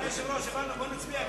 אדוני היושב-ראש, הבנו, בואו נצביע.